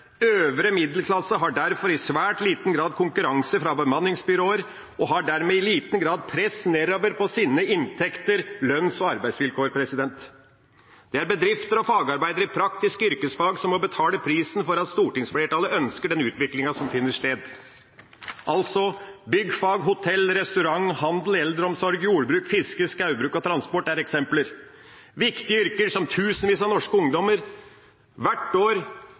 øvre middelklassen har derfor i svært liten grad konkurranse fra bemanningsbyråer og i liten grad press nedover på sine inntekter og lønns- og arbeidsvilkår. Det er bedrifter og fagarbeidere i praktiske yrkesfag som må betale prisen for at stortingsflertallet ønsker den utviklinga som finner sted. Byggfag, hotell, restaurant, handel, eldreomsorg, jordbruk, fiske, skogbruk og transport er eksempler. Dette er viktige yrker som tusenvis av norske ungdommer hvert år